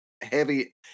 heavy